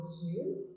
shoes